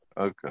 Okay